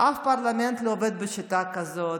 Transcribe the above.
שום פרלמנט לא עובד בשיטה כזאת.